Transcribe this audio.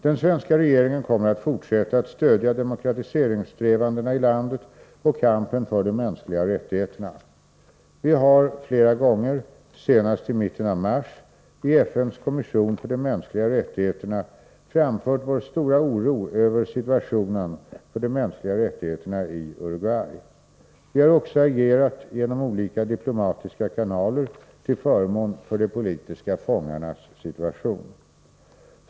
Den svenska regeringen kommer att fortsätta att stödja demokratiseringssträvandena i landet och kampen för de mänskliga rättigheterna. Vi har flera gånger, senast i mitten av mars, i FN:s kommission för de mänskliga rättigheterna framfört vår stora oro över situationen för de mänskliga rättigheterna i Uruguay. Vi har också agerat genom olika diplomatiska kanaler till förmån för de politiska fångarnas situation.